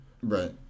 Right